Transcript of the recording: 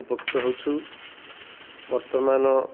ଉପକୃତ ହେଉଛୁ ବର୍ତ୍ତମାନ